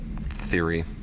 theory